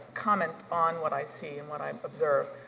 comment on what i see and what i observe